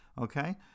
Okay